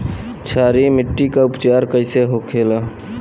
क्षारीय मिट्टी का उपचार कैसे होखे ला?